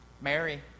Mary